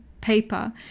paper